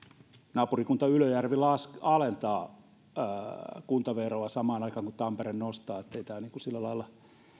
naapurikunta ylöjärvi alentaa kuntaveroa samaan aikaan kun tampere nostaa niin ettei tämä niin kuin sillä lailla